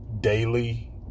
daily